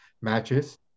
matches